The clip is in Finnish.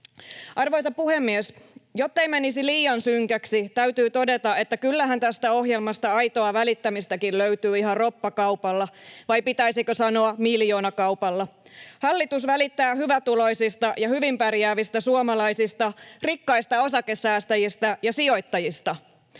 Arvoisa puhemies! Jottei menisi liian synkäksi, täytyy todeta, että kyllähän tästä ohjelmasta aitoa välittämistäkin löytyy ihan roppakaupalla — vai, pitäisikö sanoa, miljoonakaupalla? Hallitus välittää hyvätuloisista ja hyvin pärjäävistä suomalaisista, rikkaista osakesäästäjistä ja sijoittajista.